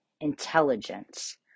intelligence